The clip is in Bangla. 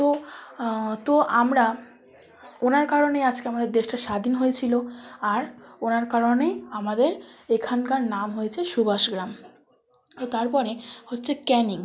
তো তো আমরা ওনার কারণেই আজকে আমাদের দেশটা স্বাধীন হয়েছিলো আর ওনার কারণেই আমাদের এখানকার নাম হয়েছে সুভাষগ্রাম তো তারপরে হচ্ছে ক্যানিং